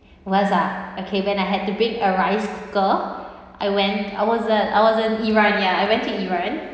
worst ah okay when I had to bring a rice cooker I went I was at I was in iran ya I went to iran